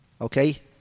Okay